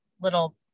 little